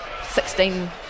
16